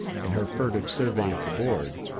in her furtive survey of the board,